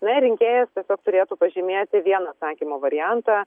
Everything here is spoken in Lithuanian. na ir rinkėjas tiesiog turėtų pažymėti vieną atsakymo variantą